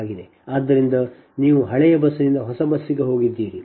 ಆದ್ದರಿಂದ ಮತ್ತು ನೀವು ಹಳೆಯ ಬಸ್ನಿಂದ ಹೊಸ ಬಸ್ಗೆ ಹೋಗಿದ್ದೀರಿ